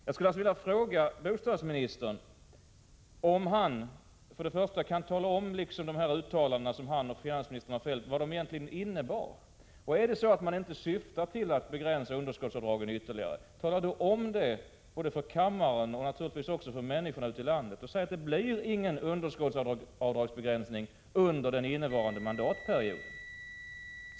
Jag skulle alltså vilja fråga bostadsministern om han kan förklara vad de uttalanden som han och finansministern fällt egentligen innebär. Är det så att man inte syftar till att begränsa underskottsavdragen ytterligare, tala då om för både kammaren och naturligtvis också människorna ute i landet att det inte blir någon underskottsavdragsbegränsning under den innevarande mandatperioden.